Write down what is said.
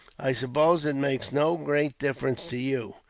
i suppose it makes no great difference to you.